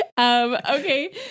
okay